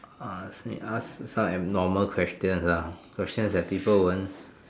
uh still need ask some abnormal questions ah questions that people won't